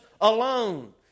alone